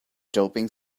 doping